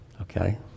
okay